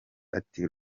ati